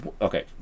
Okay